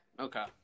Okay